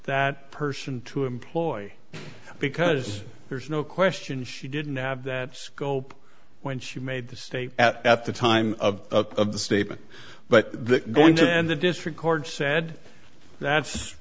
that person to employ because there's no question she didn't have that scope when she made the state at the time of the statement but going to and the district court said that's